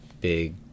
big